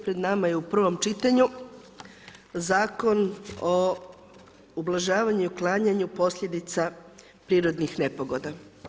Pred nama je u prvom čitanju Zakon o ublažavanju i uklanjanju posljedica prirodnih nepogoda.